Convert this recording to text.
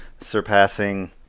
surpassing